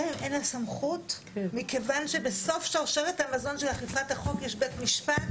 אין לה סמכות מכיוון שבסוף שרשרת המזון של אכיפת החוק יש בית משפט